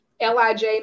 Lij